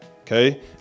okay